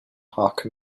hawk